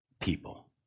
people